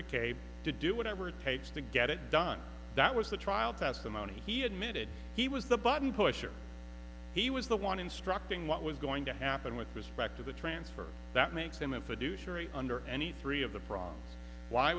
mckay to do whatever it takes to get it done that was the trial testimony he admitted he was the button pusher he was the on instructing what was going to happen with respect to the transfer that makes him a fiduciary under any three of the pro